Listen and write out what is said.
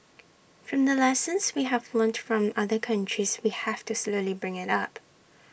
from the lessons we have learnt from other countries we have to slowly bring IT up